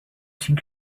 think